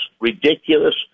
ridiculous